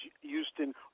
Houston